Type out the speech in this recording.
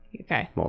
Okay